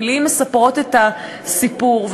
מילים מספרות את הסיפור.